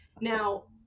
Now